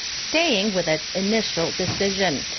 staying with its initial decision.